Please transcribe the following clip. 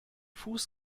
fuß